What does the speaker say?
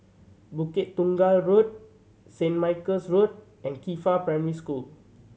Bukit Tunggal Road Saint Michael's Road and Qifa Primary School